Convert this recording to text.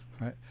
Right